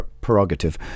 prerogative